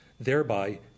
thereby